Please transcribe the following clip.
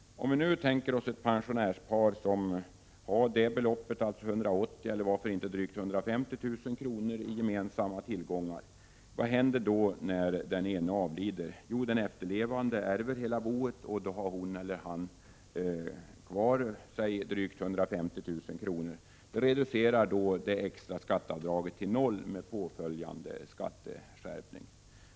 Men om vi tänker oss ett pensionärspar som har detta belopp eller varför inte drygt 150 000 kr. av gemensamma tillgångar, vad händer då när den ene avlider? Jo, den efterlevande ärver hela boet och har då kvar den gemensamma förmögenheten, alltså i exemplet drygt 150 000 kr., vilket reducerar det extra skatteavdraget till 0 med åtföljande skatteskärpning.